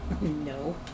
No